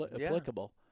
applicable